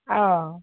অঁ